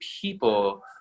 people